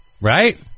Right